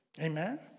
Amen